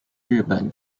日本